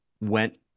went